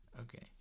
okay